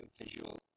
visual